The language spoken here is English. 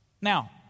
Now